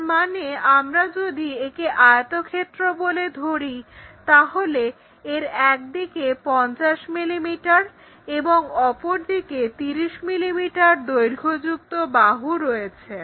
তারমানে আমরা যদি একে আয়তক্ষেত্র বলে ধরি তাহলে এর একদিকে 50 মিলিমিটার এবং অপরদিকে 30 মিলিমিটার দৈর্ঘ্যযুক্ত বাহু রয়েছে